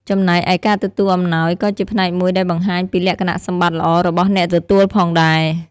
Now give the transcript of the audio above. ចំណែកឯការទទួលអំណោយក៏ជាផ្នែកមួយដែលបង្ហាញពីលក្ខណៈសម្បត្តិល្អរបស់អ្នកទទួលផងដែរ។